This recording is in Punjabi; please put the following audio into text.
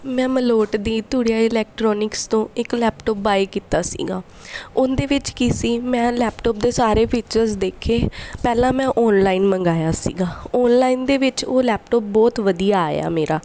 ਮੈਂ ਮਲੋਟ ਦੀ ਧੂੜੀ ਇਲੈਕਟਰੋਨਿਕਸ ਤੋਂ ਇੱਕ ਲੈਪਟੋਪ ਬਾਏ ਕੀਤਾ ਸੀਗਾ ਉਹਦੇ ਵਿੱਚ ਕੀ ਸੀ ਮੈਂ ਲੈਪਟੋਪ ਦੇ ਸਾਰੇ ਫੀਚਰਸ ਦੇਖੇ ਪਹਿਲਾਂ ਮੈਂ ਔਨਲਾਈਨ ਮੰਗਵਾਇਆ ਸੀਗਾ ਔਨਲਾਈਨ ਦੇ ਵਿੱਚ ਉਹ ਲੈਪਟੋਪ ਬਹੁਤ ਵਧੀਆ ਆਇਆ ਮੇਰਾ